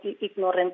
ignorant